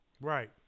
Right